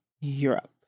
Europe